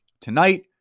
tonight